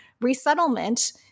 resettlement